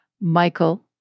Michael